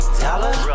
dollar